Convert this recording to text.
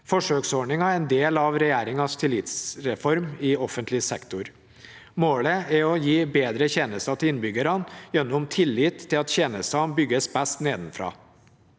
Forsøksordningen er en del av regjeringens tillitsreform i offentlig sektor. Målet er å gi bedre tjenester til innbyggerne gjennom tillit til at tjenestene bygges best nedenfra.